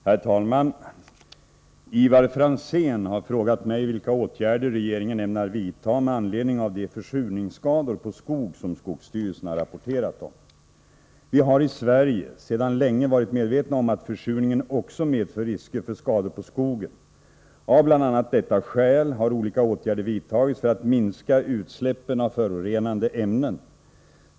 Herr talman! Ivar Franzén har frågat mig vilka åtgärder regeringen ämnar vidta med anledning av de försurningsskador på skog som skogsstyrelsen har rapporterat om. Vi har i Sverige sedan länge varit medvetna om att försurningen också medför risker för skador på skogen. Av bl.a. detta skäl har olika åtgärder vidtagits för att minska utsläppen av förorenande ämnen.